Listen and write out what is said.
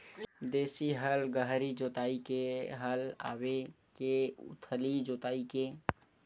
देशी हल गहरी जोताई के हल आवे के उथली जोताई के?